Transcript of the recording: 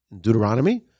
Deuteronomy